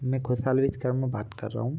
मैं खुशहाल विशकर्मा बात कर रहा हूँ